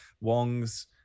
wong's